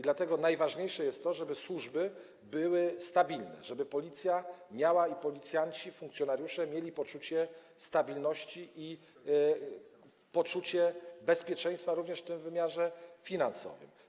Dlatego najważniejsze jest to, żeby służby były stabilne, żeby Policja miała i żeby policjanci, funkcjonariusze mieli poczucie stabilności i poczucie bezpieczeństwa, również w wymiarze finansowym.